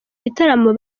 gitaramo